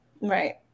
Right